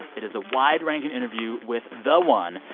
it is a wide-ranging interview with the one,